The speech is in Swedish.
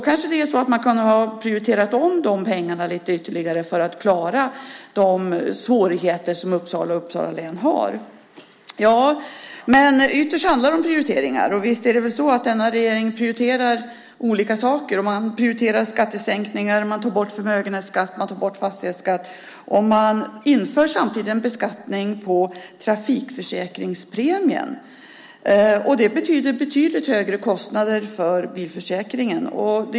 Kanske kunde man ha prioriterat om pengarna ytterligare lite grann just för att klara de svårigheter som Uppsala och Uppsala län har. Ytterst handlar det alltså om prioriteringar, och visst prioriterar denna regering olika saker. Man prioriterar skattesänkningar. Man tar bort förmögenhetsskatten och fastighetsskatten. Samtidigt inför man en beskattning på trafikförsäkringspremien, vilket innebär betydligt högre kostnader för bilförsäkringen.